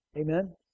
Amen